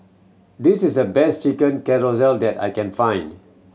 this is the best Chicken Casserole that I can find